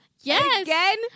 yes